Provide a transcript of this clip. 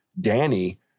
Danny